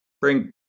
Bring